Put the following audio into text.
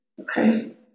Okay